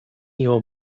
your